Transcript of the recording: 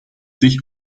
sich